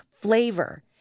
flavor